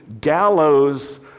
gallows